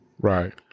Right